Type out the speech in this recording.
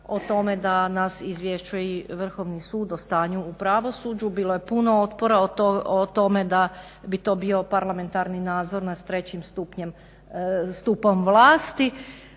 o tome da nas izvješću i Vrhovni sud o stanju u pravosuđa. Bilo je puno otpora o tome da bi to bio parlamentarni nazor nad trećim stupom vlasti.